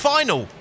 Final